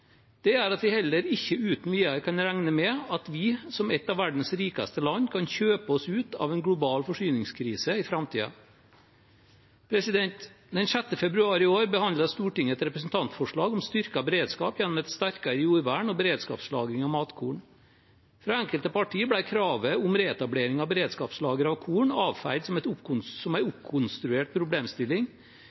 Det gjør at vi heller ikke uten videre kan regne med at vi, som et av verdens rikeste land, kan kjøpe oss ut av en global forsyningskrise i framtiden. Den 6. februar i år behandlet Stortinget et representantforslag om styrket beredskap gjennom et sterkere jordvern og beredskapslagring av matkorn. For enkelte partier ble kravet om reetablering av beredskapslagre av korn avfeid som en oppkonstruert problemstilling